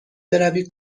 بروی